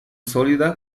sólida